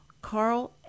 Carl